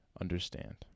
understand